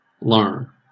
learn